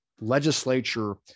legislature